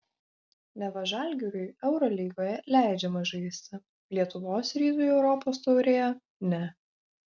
neva žalgiriui eurolygoje leidžiama žaisti lietuvos rytui europos taurėje ne